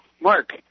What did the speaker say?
Mark